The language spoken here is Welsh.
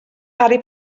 harry